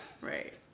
Right